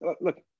look